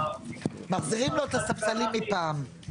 מחזירים לו את הספסלים מפעם.